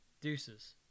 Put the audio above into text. Deuces